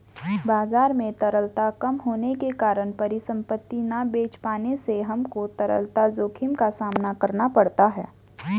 बाजार में तरलता कम होने के कारण परिसंपत्ति ना बेच पाने से हमको तरलता जोखिम का सामना करना पड़ता है